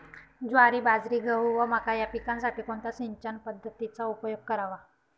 ज्वारी, बाजरी, गहू व मका या पिकांसाठी कोणत्या सिंचन पद्धतीचा उपयोग करावा?